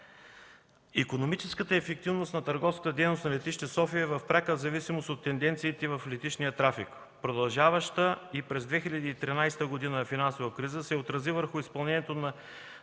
Икономическата ефективност на търговската дейност на летище София е в пряка зависимост от тенденциите в летищния трафик. Продължаващата и през 2013 г. финансова криза се отрази върху изпълнението на